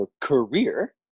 career